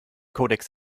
kodex